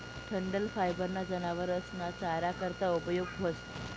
डंठल फायबर ना जनावरस ना चारा करता उपयोग व्हस